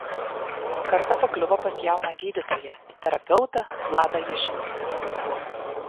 kartą pakliuvo pas jauną gydytoją terapeutą vladą jašinską